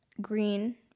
green